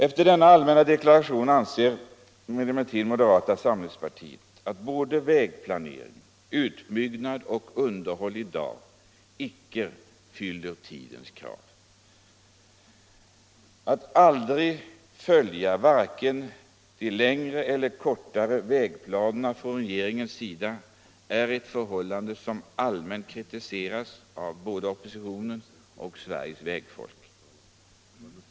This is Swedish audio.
Efter denna allmänna deklaration anser emellertid moderata samlingspartiet att både vägplanering, utbyggnad och underhåll i dag inte fyller tidens krav. Att regeringen aldrig följer vare sig de längre eller kortare vägplaneringarna är ett förhållande som allmänt kritiseras av både oppositionen och Sveriges vägfolk.